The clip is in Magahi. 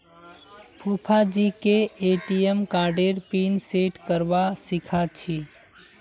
फूफाजीके ए.टी.एम कार्डेर पिन सेट करवा सीखा छि